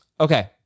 Okay